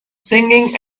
singing